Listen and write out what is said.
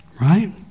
right